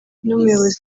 umuyobozi